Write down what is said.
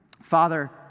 Father